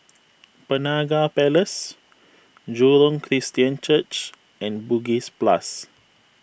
Penaga Place Jurong Christian Church and Bugis Plus